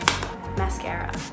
Mascara